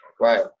Right